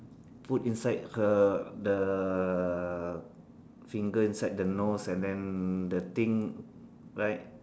put inside her the finger inside the nose and then the thing like